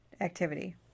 activity